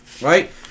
right